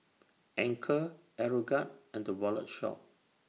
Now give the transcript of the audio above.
Anchor Aeroguard and The Wallet Shop